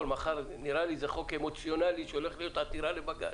נראה לי שזה חוק אמוציונלי שהולכת להיות עתירה לבג"ץ,